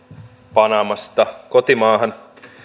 panamasta kotimaahan